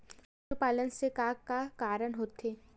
पशुपालन से का का कारण होथे?